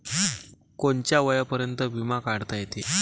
कोनच्या वयापर्यंत बिमा काढता येते?